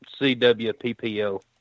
CWPPO